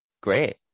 great